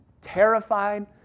terrified